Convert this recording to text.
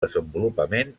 desenvolupament